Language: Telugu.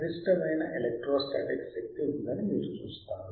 గరిష్టమైన ఎలక్ట్రోస్టాటిక్ శక్తి ఉందని మీరు చూస్తారు